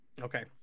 okay